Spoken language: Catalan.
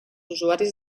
usuaris